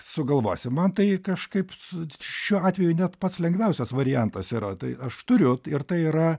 sugalvosiu man tai kažkaip su šiuo atveju net pats lengviausias variantas yra tai aš turiu ir tai yra